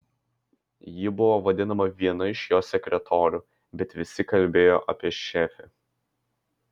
ji buvo vadinama viena iš jo sekretorių bet visi kalbėjo apie šefę